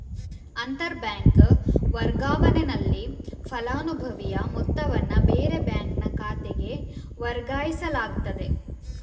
ಅಂತರ ಬ್ಯಾಂಕ್ ವರ್ಗಾವಣೆನಲ್ಲಿ ಫಲಾನುಭವಿಯ ಮೊತ್ತವನ್ನ ಬೇರೆ ಬ್ಯಾಂಕಿನ ಖಾತೆಗೆ ವರ್ಗಾಯಿಸಲಾಗ್ತದೆ